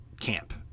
camp